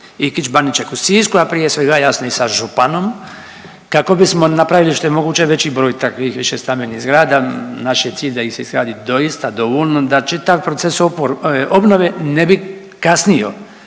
Ikić Baniček u Sisku, a prije svega, jasno i sa županom kako bismo napravili, što je moguće veći broj takvih višestambenih zgrada. Naš je cilj da ih se izgradi doista dovoljno da čitav proces obnove ne bi kasnio